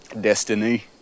destiny